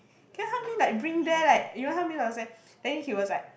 can you help me like bring there like you know help me got say then he was like